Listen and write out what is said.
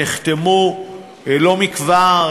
נחתמו לא מכבר,